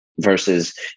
versus